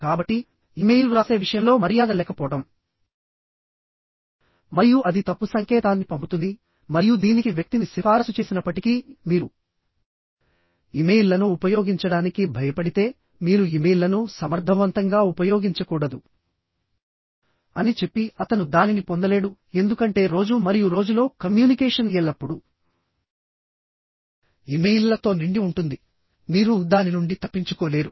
కాబట్టి ఇమెయిల్ వ్రాసే విషయంలో మర్యాద లేకపోవడం మరియు అది తప్పు సంకేతాన్ని పంపుతుంది మరియు దీనికి వ్యక్తిని సిఫారసు చేసినప్పటికీ మీరు ఇమెయిల్లను ఉపయోగించడానికి భయపడితే మీరు ఇమెయిల్లను సమర్థవంతంగా ఉపయోగించకూడదు అని చెప్పి అతను దానిని పొందలేడు ఎందుకంటే రోజు మరియు రోజులో కమ్యూనికేషన్ ఎల్లప్పుడూ ఇమెయిల్లతో నిండి ఉంటుంది మీరు దాని నుండి తప్పించుకోలేరు